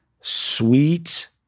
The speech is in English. sweet